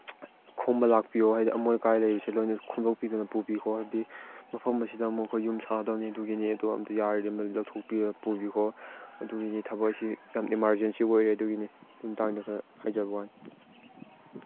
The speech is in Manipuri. ꯈꯣꯝꯕ ꯂꯥꯛꯄꯤꯌꯣ ꯍꯥꯏꯗꯤ ꯑꯃꯣꯠ ꯑꯀꯥꯏ ꯂꯩꯕꯁꯦ ꯂꯣꯏꯅ ꯈꯣꯝꯗꯣꯛꯄꯤꯗꯨꯅ ꯄꯨꯕꯤꯈꯣ ꯍꯥꯏꯕꯗꯤ ꯃꯐꯝ ꯑꯁꯤꯗ ꯑꯃꯨꯛ ꯑꯩꯈꯣꯏ ꯌꯨꯝ ꯁꯥꯒꯗꯧꯅꯤ ꯑꯗꯨꯒꯤꯅꯤ ꯑꯗꯨ ꯑꯝꯇ ꯌꯥꯔꯗꯤ ꯑꯝꯇ ꯂꯧꯊꯣꯛꯄꯤꯔꯒ ꯄꯨꯕꯤꯈꯣ ꯑꯗꯨꯒꯤꯅꯤ ꯊꯕꯛ ꯑꯁꯤ ꯌꯥꯝ ꯏꯃꯥꯔꯖꯦꯟꯁꯤ ꯑꯣꯏꯔꯦ ꯑꯗꯨꯒꯤꯅꯤ ꯑꯗꯨ ꯃꯇꯥꯡꯗ ꯈꯔ ꯍꯥꯏꯖꯕꯋꯥꯅꯤ